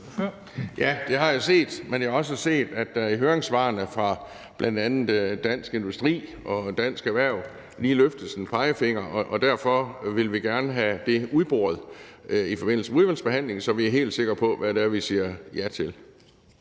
Ja, det har jeg set, men jeg har også set, at der i høringssvarene fra bl.a. Dansk Industri og Dansk Erhverv lige løftes en pegefinger, og derfor vil vi gerne have det udboret i forbindelse med udvalgsbehandlingen, så vi er helt sikre på, hvad det er, vi siger ja til.